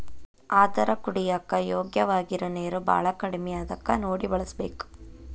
ಆದರ ಕುಡಿಯಾಕ ಯೋಗ್ಯವಾಗಿರು ನೇರ ಬಾಳ ಕಡಮಿ ಅದಕ ನೋಡಿ ಬಳಸಬೇಕ